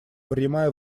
принимая